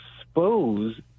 expose